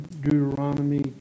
Deuteronomy